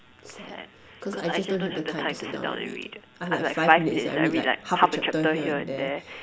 sad cause I just don't have the time to sit down and read I'm like five minutes I read like half the chapter here and there